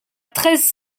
treize